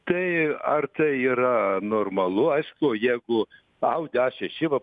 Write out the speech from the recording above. tai ar tai yra normalu aišku jeigu audi a šeši va